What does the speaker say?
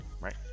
right